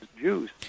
Jews